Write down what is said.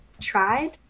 tried